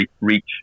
reach